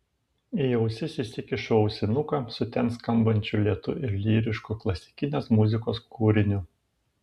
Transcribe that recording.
į ausis įsikišu ausinuką su ten skambančių lėtu ir lyrišku klasikinės muzikos kūriniu